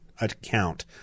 account